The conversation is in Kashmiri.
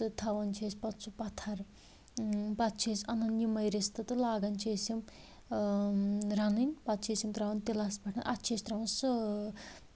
تہٕ تھاوان چھِ أسۍ پَتہٕ سُہ پَتھَر پَتہٕ چھِ أسۍ یِمَن یِمَے رِستہٕ تہٕ لاگَن چھِ أسۍ یِم رَنٕنۍ پَتہٕ چھِ أسۍ یِم ترٛاوان تِلَس پٮ۪ٹھ اَتھ چھِ أسۍ ترٛاوان سٲ